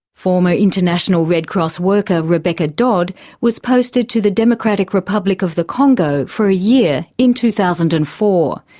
former international red cross worker rebecca dodd was posted to the democratic republic of the congo for a year in two thousand and four.